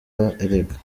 erega